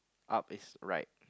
up is right